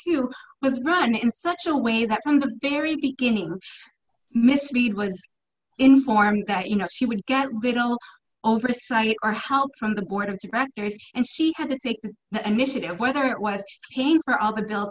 was run in such a way that from the very beginning miss reed was informed that you know she would get little oversight or help from the board of directors and she had to take the initiative whether it was pain for all the bil